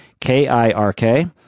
K-I-R-K